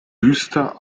düster